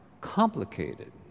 complicated